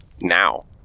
now